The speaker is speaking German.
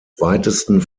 weitesten